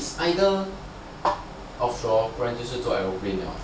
it's either offshore 不然就是做 aerospace liao